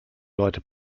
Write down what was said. leute